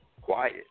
quiet